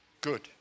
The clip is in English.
good